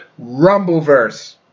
Rumbleverse